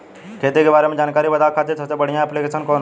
खेती के बारे में जानकारी बतावे खातिर सबसे बढ़िया ऐप्लिकेशन कौन बा?